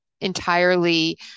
entirely